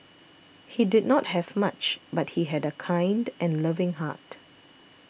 he did not have much but he had a kind and loving heart